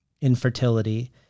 infertility